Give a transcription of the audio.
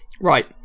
Right